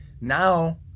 now